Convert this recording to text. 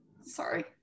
Sorry